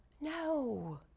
No